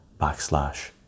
backslash